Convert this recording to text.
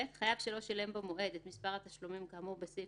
חייב שלא שילם במועד את מספר התשלומים כאמור בסעיף